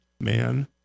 man